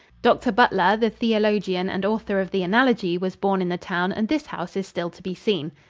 dr. butler, the theologian and author of the analogy, was born in the town and this house is still to be seen.